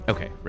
Okay